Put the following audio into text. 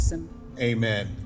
Amen